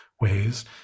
ways